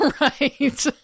Right